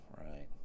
right